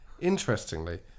interestingly